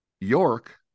York